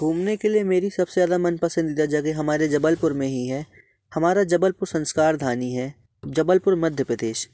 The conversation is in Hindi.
घूमने के लिए मेरी सबसे ज़्यादा मनपसंदीदा जगह हमारे जबलपुर में ही है हमारा जबलपुर संस्कार धानी है जबलपुर मध्य प्रदेश